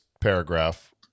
paragraph